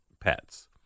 pets